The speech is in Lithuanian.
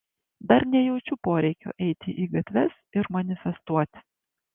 dar nejaučiu poreikio eiti į gatves ir manifestuoti